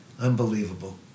Unbelievable